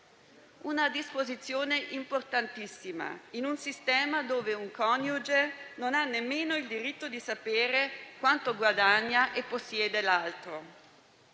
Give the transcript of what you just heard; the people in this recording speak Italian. una disposizione importantissima in un sistema in cui un coniuge non ha nemmeno il diritto di sapere quanto guadagna e possiede l'altro.